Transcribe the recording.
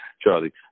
Charlie